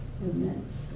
movements